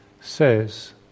says